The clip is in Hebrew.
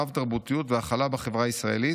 רב-תרבותיות והכלה בחברה הישראלית,